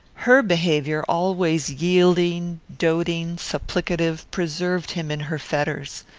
her behaviour, always yielding, doting, supplicative, preserved him in her fetters.